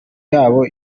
yabo